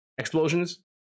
explosions